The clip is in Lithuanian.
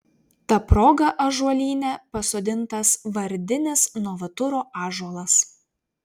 ta proga ąžuolyne pasodintas vardinis novaturo ąžuolas